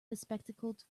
bespectacled